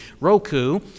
Roku